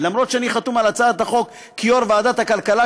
למרות שאני חתום על הצעת החוק כיו"ר ועדת הכלכלה,